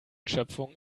schöpfung